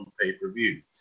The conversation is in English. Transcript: pay-per-view